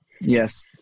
Yes